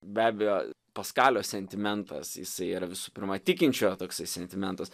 be abejo paskalio sentimentas jisai yra visų pirma tikinčiojo toksai sentimentas